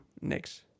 next